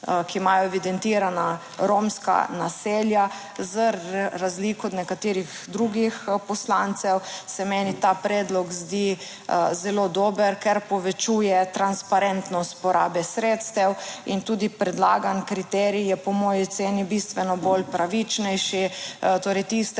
ki imajo evidentirana romska naselja; za razliko od nekaterih drugih poslancev se meni ta predlog zdi zelo dober, ker povečuje transparentnost porabe sredstev. In tudi predlagan kriterij je po moji oceni bistveno bolj pravičnejši, torej tiste